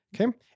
Okay